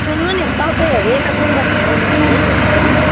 सुन्नु नि तपाईँहरू यता गोरुबथान आउने भन्दैथ्यो हरे हो